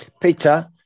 Peter